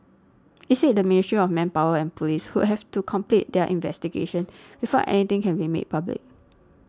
it said the Ministry of Manpower and police would have to complete their investigations before anything can be made public